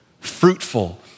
fruitful